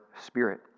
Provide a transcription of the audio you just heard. spirit